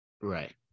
Right